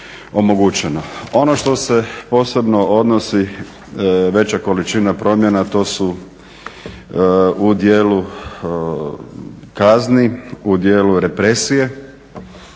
Ono što se posebno odnosi veća količina promjena to su u dijelu kazni, u dijelu represije.